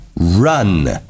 run